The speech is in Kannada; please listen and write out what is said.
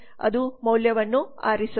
ಅದು ಮೌಲ್ಯವನ್ನು ಆರಿಸುವುದು